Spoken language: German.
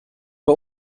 bei